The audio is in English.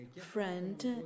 friend